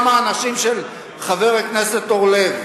גם האנשים של חבר הכנסת אורלב.